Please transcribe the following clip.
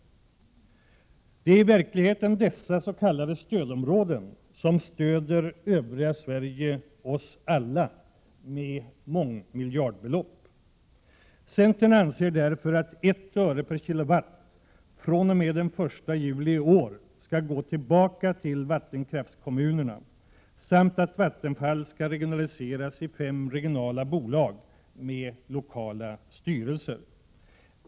Det är i verkligheten dessa s.k. stödområden som stöder övriga Sverige — oss alla — med mångmiljardbelopp. Centern anser därför att 1 öre/kWh fr.o.m. den 1 juli skall gå tillbaka till vattenkraftskommunerna samt att Vattenfall skall regionaliseras i fem regionala bolag med lokala styrelser.